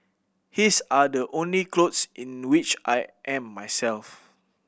his are the only clothes in which I am myself